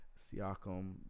Siakam